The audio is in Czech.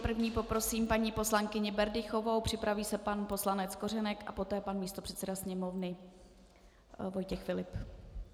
První poprosím paní poslankyni Berdychovou, připraví se pan poslanec Kořenek a poté pan místopředseda Sněmovny Vojtěch Filip.